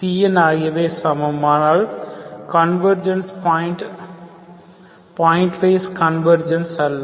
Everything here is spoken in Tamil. Cns ஆகியவை சமம் ஆனால் கன்வர்ஜென்ஸ் பாயின்ட் வைஸ் கன்வர்ஜென்ஸ் அல்ல